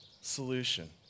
solution